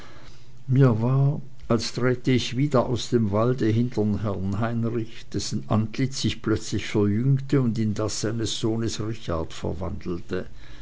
mir war als trete ich wieder aus dem walde hinter herrn heinrich dessen antlitz sich plötzlich verjüngte und in das seines sohnes richard verwandelte